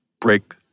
break